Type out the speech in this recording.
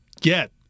get